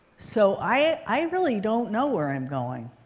so i really don't know where i'm going.